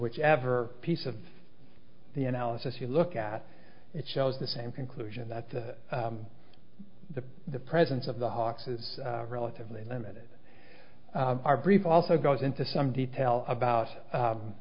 whichever piece of the analysis you look at it shows the same conclusion that the the presence of the hawks is relatively limited our brief also goes into some detail about